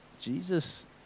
Jesus